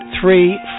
three